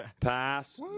pass